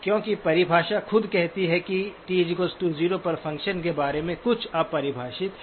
क्योंकि परिभाषा खुद कहती है कि t 0 पर फ़ंक्शन के बारे में कुछ अपरिभाषित है